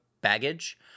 baggage